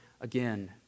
again